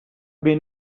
been